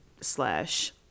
slash